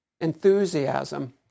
enthusiasm